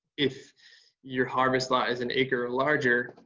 if your harvest lot is an acre larger,